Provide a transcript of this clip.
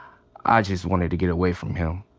ah just wanted to get away from him.